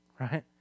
right